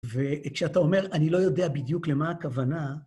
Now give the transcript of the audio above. וכשאתה אומר, אני לא יודע בדיוק למה הכוונה...